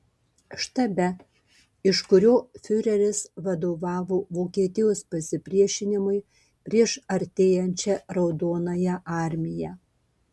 štabe iš kurio fiureris vadovavo vokietijos pasipriešinimui prieš artėjančią raudonąją armiją